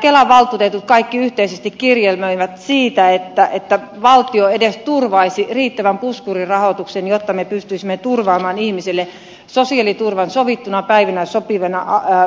kelan valtuutetut kaikki yhteisesti kirjelmöivät siitä että valtio turvaisi edes riittävän puskurirahoituksen jotta me pystyisimme turvaamaan ihmisille sosiaaliturvan